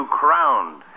crowned